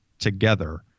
together